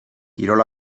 kirol